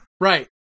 Right